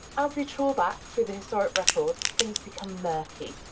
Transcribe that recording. as we troll back through the historic records, things become murky,